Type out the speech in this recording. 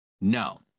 no